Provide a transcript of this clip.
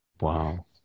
wow